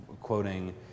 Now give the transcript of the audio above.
quoting